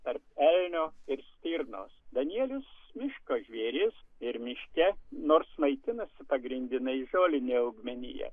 tarp elnio ir stirnos danielius miško žvėris ir miške nors maitinasi pagrindinai žoline augmenija